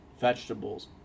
Vegetables